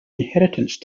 inheritance